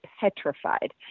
petrified